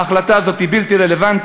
ההחלטה הזאת היא בלתי רלוונטית.